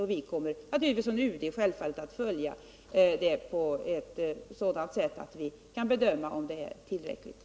Och från UD kommer vi självfallet att följa det hela på ett sådant sätt att vi kan bedöma om resurserna är tillräckliga.